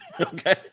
Okay